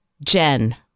Jen